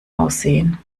aussehen